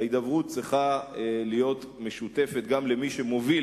ההידברות צריכה להיות משותפת גם למי שמוביל